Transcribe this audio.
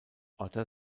otter